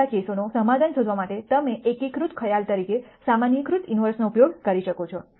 આ બધા કેસોનો સમાધાન શોધવા માટે તમે એકીકૃત ખ્યાલ તરીકે સામાન્યીકૃત ઇન્વર્સનો ઉપયોગ કરી શકો છો